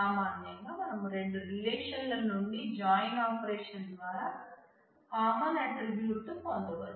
సామాన్యంగా మనం రెండు రిలేషన్లనుండి జాయిన్ ఆపరేషన్ ద్వారా కామన్ ఆట్రిబ్యూట్ తో పొందవచ్చు